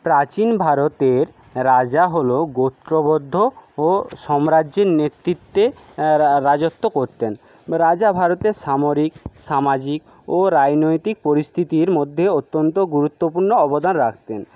প্রাচীন ভারতের রাজা হল গোত্রবদ্ধ ও সম্রাজ্যের নেতৃত্বে রারাজত্ব করতেন রাজা ভারতের সামরিক সামাজিক ও রাজনৈতিক পরিস্থিতির মধ্যে অত্যন্ত গুরুত্বপূর্ণ অবদান রাখতেন